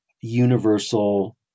universal